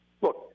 look